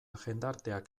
jendarteak